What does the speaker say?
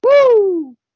Woo